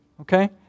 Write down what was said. Okay